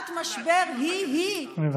שעת משבר היא-היא, אני מבקש לא להפריע.